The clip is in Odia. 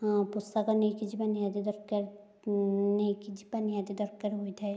ହଁ ପୋଷାକ ନେଇକି ଯିବା ନିହାତି ଦରକାର ନେଇକି ଯିବା ନିହାତି ଦରକାର ହୋଇଥାଏ